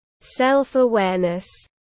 self-awareness